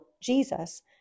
Jesus